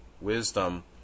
wisdom